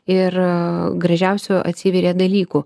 ir gražiausių atsiveria dalykų